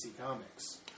comics